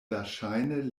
verŝajne